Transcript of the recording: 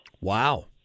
Wow